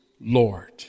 Lord